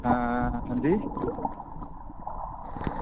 आं अंजी